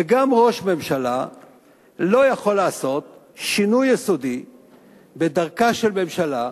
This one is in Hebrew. וגם ראש ממשלה לא יכול לעשות שינוי יסודי בדרכה של ממשלה,